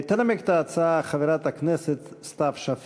הצעת חוק הסדרת מקומות רחצה (תיקון,